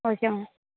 okay madam